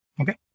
Okay